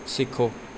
ਸਿੱਖੋ